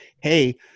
hey